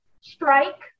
strike